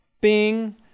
bing